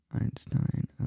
einstein